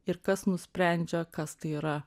ir kas nusprendžia kas tai yra